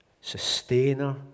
Sustainer